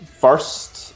first